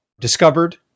discovered